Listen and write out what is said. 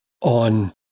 on